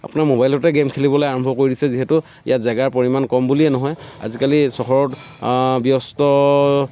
আপোনাৰ ম'বাইলতে গেম খেলিবলৈ আৰম্ভ কৰি দিছে যিহেতু ইয়াত জাগাৰ পৰিমাণ কম বুলিয়েই নহয় আজিকালি চহৰত ব্যস্ত